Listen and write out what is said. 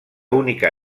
única